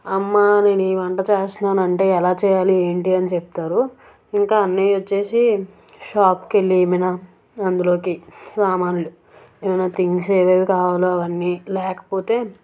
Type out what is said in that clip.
అమ్మా నేను ఈ వంట చేస్తన్నానంటే ఎలా చేయాలి ఏంటి అని చెప్తారు ఇంకా అన్నయొచ్చేసి షాప్కెళ్ళి ఏమయినా అందులోకి సామానులు ఏమయినా థింగ్స్ ఏవేవి కావాలో అవన్నీ లేకపోతే